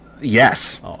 Yes